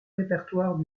répertoire